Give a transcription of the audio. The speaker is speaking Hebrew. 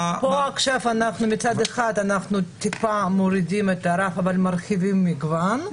עכשיו אנחנו מצד אחד מעט מורידים את הרף אבל מרחיבים את המגוון.